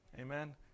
Amen